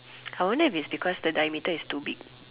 I wonder if it's because the diameter is too big